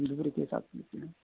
दूरी के हिसाब से लेते हैं